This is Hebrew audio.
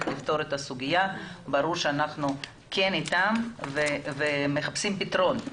לפתור את הסוגיה ברור שאנחנו כן איתם ומחפשים פתרון.